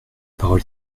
parole